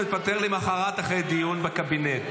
התפטר למוחרת, אחרי דיון בקבינט.